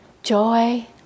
Joy